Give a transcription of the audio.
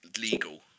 legal